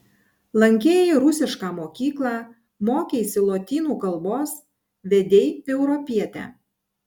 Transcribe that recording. lankei rusišką mokyklą mokeisi lotynų kalbos vedei europietę